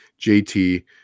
JT